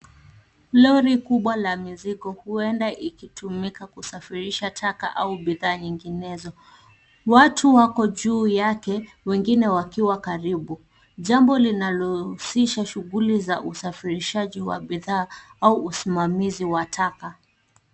Gari kubwa la mizigo huenda ikitumika kusafirisha taka au bidhaa nyinginezo. Watu wako juu yake wengine wakiwa karibu, jambo linalohusisha shughuli za usafirishaji wa bidhaa au usimamizi wa taka.